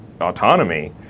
autonomy